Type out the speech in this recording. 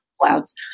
clouds